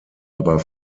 aber